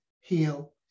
heal